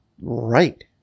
right